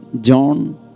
John